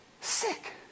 Sick